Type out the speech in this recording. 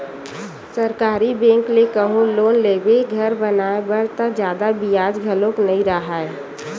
सरकारी बेंक ले कहूँ लोन लेबे घर बनाए बर त जादा बियाज घलो नइ राहय